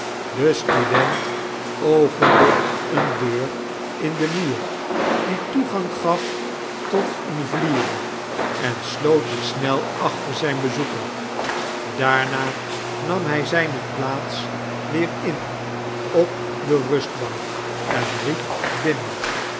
de student opende eene deur in den muur die toegang gaf tot eene vliering en sloot die snel achter zijn bezoeker daarna nam hij zijne plaats weer in op de rustbank en riep